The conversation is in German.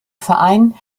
verein